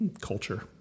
culture